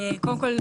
קודם כל,